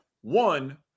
One